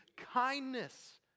Kindness